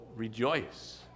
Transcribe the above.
Rejoice